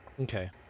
Okay